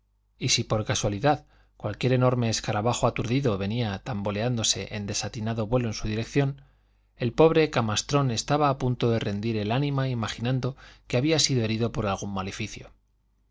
y si por casualidad cualquier enorme escarabajo aturdido venía bamboleándose en desatinado vuelo en su dirección el pobre camastrón estaba a punto de rendir el ánima imaginando que había sido herido por algún maleficio